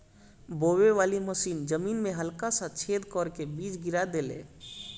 बोवे वाली मशीन जमीन में हल्का सा छेद क के बीज गिरा देले